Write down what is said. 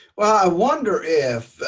well i wonder if